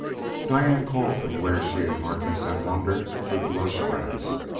diane called from where she and harkness had wandered through the lush grass.